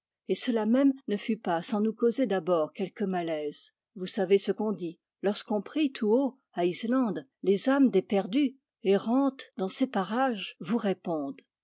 et cela même ne fut pas sans nous causer d'abord quelque malaise vous savez ce qu'on dit lorsqu'on prie tout haut à islande les âmes des perdus errantes dans ces parages vous répondent